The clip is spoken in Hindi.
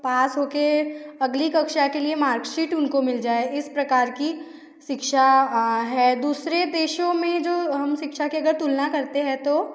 पास हो कर अगली कक्षा के लिए मार्कसीट उनको मिल जाए इस प्रकार की शिक्षा है दुसरे देशों में जो हम शिक्षा की अगर तुलना करते हैं तो